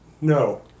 No